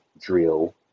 drill